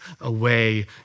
away